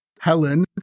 Helen